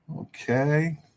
Okay